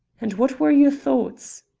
and what were your thoughts?